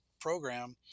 program